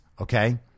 Okay